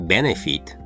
Benefit